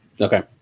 Okay